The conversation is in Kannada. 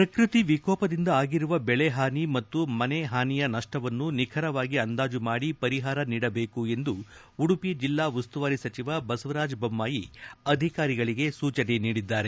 ಪ್ರಕೃತಿ ವಿಕೋಪದಿಂದ ಆಗಿರುವ ಬೆಳೆ ಹಾನಿ ಮತ್ತು ಮನೆ ಹಾನಿಯ ನಷ್ಟವನ್ನು ನಿಖರವಾಗಿ ಅಂದಾಜು ಮಾಡಿ ಪರಿಹಾರ ನೀಡಬೇಕು ಎಂದು ಉಡುಪಿ ಜಿಲ್ಲಾ ಉಸ್ತುವಾರಿ ಸಚಿವ ಬಸವರಾಜಬೊಮ್ಮಾಯಿ ಅಧಿಕಾರಿಗಳಿಗೆ ಸೂಚನೆ ನೀಡಿದ್ದಾರೆ